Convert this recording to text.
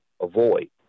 avoid